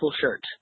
shirt